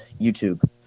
YouTube